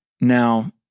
Now